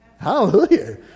Hallelujah